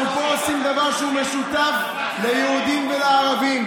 אנחנו פה עושים דבר שהוא משותף ליהודים ולערבים.